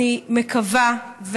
אני מקווה,